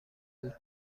بود